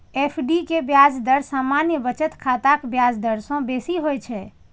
FD के ब्याज दर सामान्य बचत खाताक ब्याज दर सं बेसी होइ छै